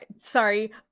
sorry